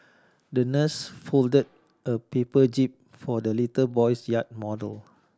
the nurse folded a paper jib for the little boy's yacht model